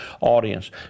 audience